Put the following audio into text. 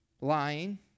lying